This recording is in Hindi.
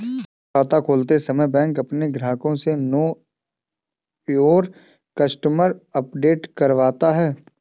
खाता खोलते समय बैंक अपने ग्राहक से नो योर कस्टमर अपडेट करवाता है